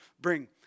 bring